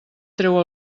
treu